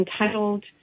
entitled